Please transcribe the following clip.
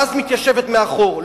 ואז היא מתיישבת מאחור.